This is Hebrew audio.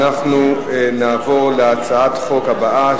נעבור להצעת החוק הבאה,